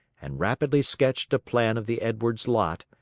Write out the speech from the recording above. and rapidly sketched a plan of the edwards' lot,